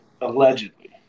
Allegedly